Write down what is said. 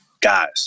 guys